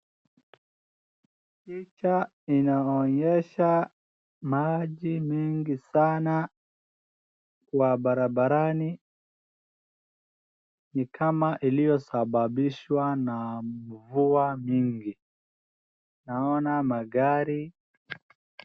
picha inaonyesha maji nyingi sana kwa barabarani nokama iliyosababishwa na mva nyng sana , naona magari.